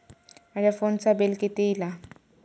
माझ्या फोनचा बिल किती इला?